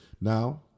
Now